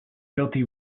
filthy